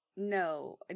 No